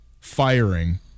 firing